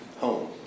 home